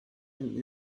and